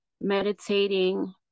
meditating